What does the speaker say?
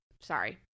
Sorry